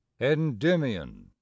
Endymion